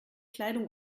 kleidung